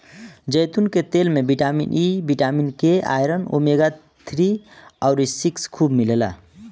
जैतून के तेल में vitamin E, vitamin K, iron, omega three अउरी सिक्स खूब मिलेला